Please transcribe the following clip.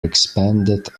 expanded